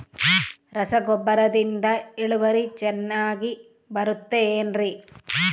ರಸಗೊಬ್ಬರದಿಂದ ಇಳುವರಿ ಚೆನ್ನಾಗಿ ಬರುತ್ತೆ ಏನ್ರಿ?